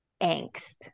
angst